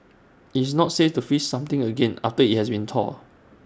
IT is not safe to freeze something again after IT has been thawed